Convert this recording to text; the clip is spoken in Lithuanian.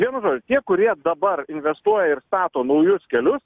vienu žodžiu tie kurie dabar investuoja ir stato naujus kelius